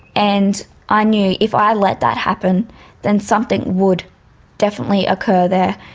and i knew if i let that happen then something would definitely occur there,